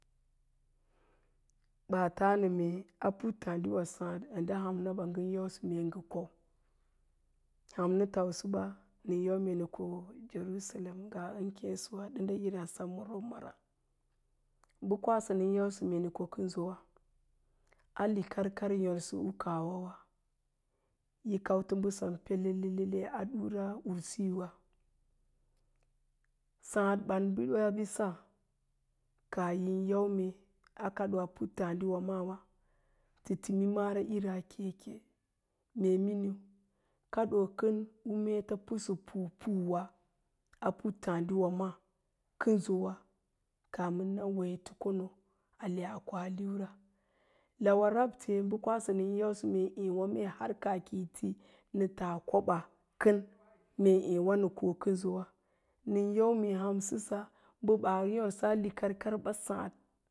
Ɓaa taa nə mee a puttáá diwa sááɗ ndə han naba ngə yausə me ngə ko. Ham tausə ɓa nən yau nə jerusalem ngaa ən kéésəwa ɗənda'ira sem ma rob'mara, bə kwasa nən yausə me nə ko kənso ɓa, a likarkarn yórsə u kaahwa wa yi kautə mbəsan pelelele a ɗura ursiwa sááɗ ɓan bədəaaɓisa kaah yin yau me a a kadoo puttáá diwa maawá tə timi mara'ira keke, mee min kaɗii kən, u meeta pusapu pu puwa a puttá ádiiwa ma kənsowa kamin nana wo yitə kono ale a wo a koa liura, lauwa rabte bə kwasə mee ééwá mee har kanh ki yi ti na taa koba̱ kən ééwá nə ko kənsowa, nən yau mee hansəsə mbə ɓaa yóasa likar karwa ɓa sáád